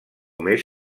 més